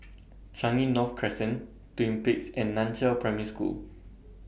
Changi North Crescent Twin Peaks and NAN Chiau Primary School